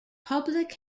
public